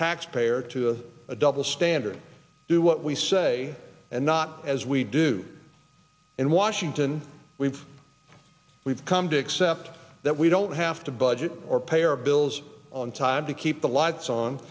taxpayer to a double standard do what we say and not as we do in washington we've we've come to accept that we don't have to budget or pay our bills on time to keep the lights on